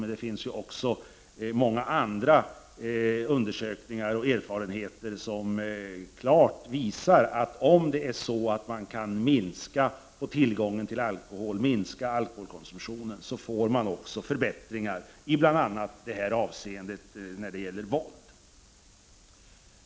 Men det finns också många andra undersökningar och erfarenheter som klart visar att om man kan minska tillgången på alkohol, minska alkoholkonsumtionen, får man också förbättringar avseende våldet.